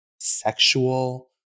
sexual